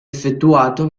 effettuato